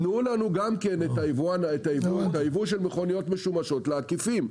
תנו לנו גם כן את היבוא של מכוניות משומשות לעקיפים,